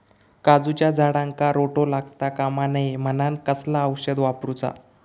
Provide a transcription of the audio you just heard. काजूच्या झाडांका रोटो लागता कमा नये म्हनान कसला औषध वापरूचा?